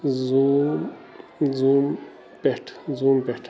zoom زوٗم پٮ۪ٹھ زوٗم پٮ۪ٹھ